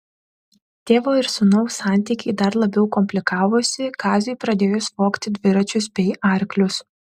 tėvo ir sūnaus santykiai dar labiau komplikavosi kaziui pradėjus vogti dviračius bei arklius